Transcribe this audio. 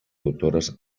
autores